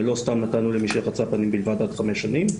הרי לא סתם נתנו למי שרצה פנים בלבד עד חמש שנים,